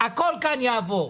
הכול כאן יעבור.